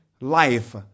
life